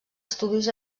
estudis